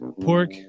Pork